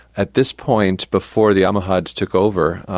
at this point, before the almohades took over,